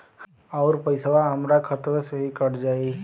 अउर पइसवा हमरा खतवे से ही कट जाई?